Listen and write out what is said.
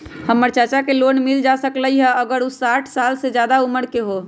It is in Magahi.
हमर चाचा के लोन मिल जा सकलई ह अगर उ साठ साल से जादे उमर के हों?